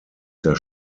der